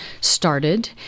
started